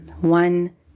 One